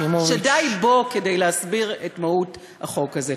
שדי בו כדי להסביר את מהות החוק הזה.